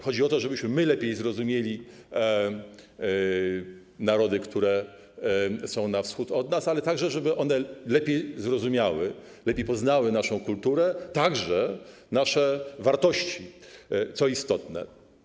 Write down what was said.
Chodzi o to, żebyśmy my lepiej zrozumieli narody, które są na wschód od nas, ale także żeby one lepiej zrozumiały, lepiej poznały naszą kulturę, również nasze wartości, co istotne.